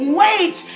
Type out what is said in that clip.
wait